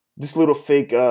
this little fake